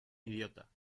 idiota